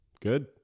Good